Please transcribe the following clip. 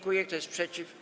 Kto jest przeciw?